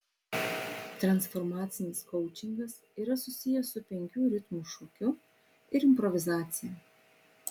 transformacinis koučingas yra susijęs su penkių ritmų šokiu ir improvizacija